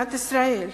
במדינת ישראל.